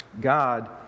God